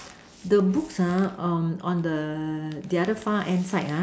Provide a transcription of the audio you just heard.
the books ah um on the the other far hand side ah